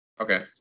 Okay